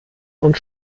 und